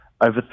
over